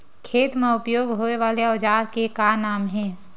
खेत मा उपयोग होए वाले औजार के का नाम हे?